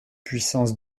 puissance